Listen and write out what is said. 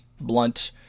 blunt